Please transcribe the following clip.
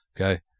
Okay